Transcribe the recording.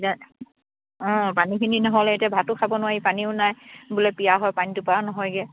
এয়া অঁ পানীখিনি নহ'লে এতিয়া ভাতো খাব নোৱাৰি পানীও নাই বোলে পিয়াহৰ পানীটোপা নহয়গে